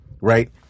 right